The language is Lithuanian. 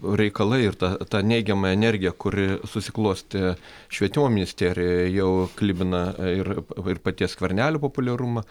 reikalai ir ta ta neigiama energija kuri susiklostė švietimo ministerijoje jau klibina ir ir paties skvernelio populiarumą